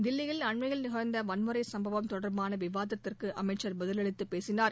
தில்லியில் அண்மையில் நிஷ்ந்த வன்முறை சும்பவம் தொடர்பான விவாதத்துக்கு அமைச்சர் பதிலளித்து பேசினார்